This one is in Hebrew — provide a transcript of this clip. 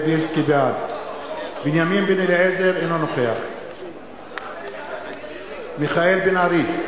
בעד בנימין בן-אליעזר, אינו נוכח מיכאל בן-ארי,